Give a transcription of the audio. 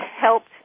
helped